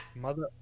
Mother